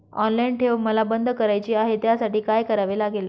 Online ठेव मला बंद करायची आहे, त्यासाठी काय करावे लागेल?